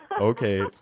okay